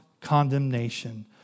condemnation